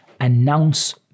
Announce